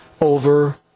Over